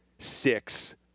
six